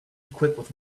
equipped